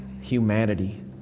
humanity